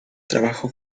trabajó